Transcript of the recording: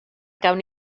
gawn